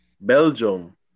Belgium